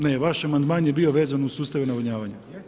Ne, vaš amandman je bio vezan uz sustav navodnjavanja.